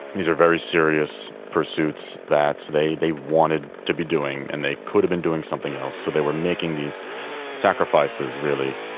these are very serious pursuits that they they wanted to be doing, and they could have been doing something else, so they were making these sacrifices, really.